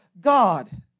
God